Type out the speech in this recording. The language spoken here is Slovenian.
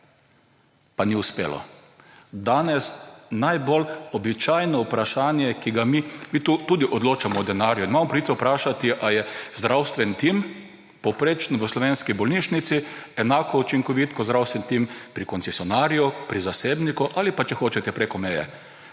pa ni uspelo. Danes najbolj običajno vprašanje, ki ga mi, mi tu tudi odločamo o denarju, imamo pravico vprašati ali je zdravstveni tim povprečen v slovenski bolnišnici enako učinkovit kot zdravstveni tim pri koncesionarju, pri zasebniku ali pa če hočete preko meje?